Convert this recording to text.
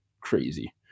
crazy